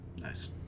Nice